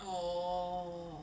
oh